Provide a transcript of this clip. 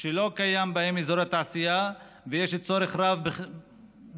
שלא קיים בהם אזור תעשייה ויש צורך רב בכך,